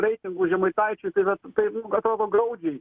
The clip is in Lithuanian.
reitingų žemaitaičiui tai va tai nu atrodo graudžiai